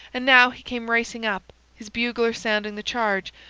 and now he came racing up, his bugler sounding the charge,